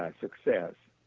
and success.